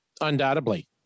Undoubtedly